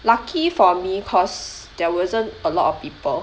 lucky for me cause there wasn't a lot of people